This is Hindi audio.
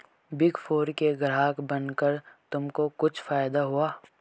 बिग फोर के ग्राहक बनकर तुमको कुछ फायदा हुआ?